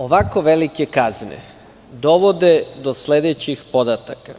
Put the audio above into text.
Ovako velike kazne dovode do sledećih podataka: